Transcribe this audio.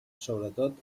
sobretot